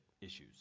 Issues